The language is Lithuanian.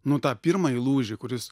nu tą pirmąjį lūžį kuris